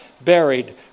buried